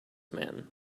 man